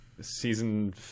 Season